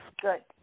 good